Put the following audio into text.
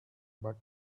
but